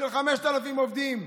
5,000 עובדים.